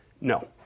No